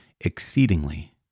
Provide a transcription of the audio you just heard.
exceedingly